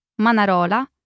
Manarola